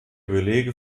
belege